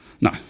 No